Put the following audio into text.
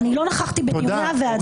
לא נכחתי בדיוני הוועדה הזאת,